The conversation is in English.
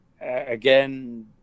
again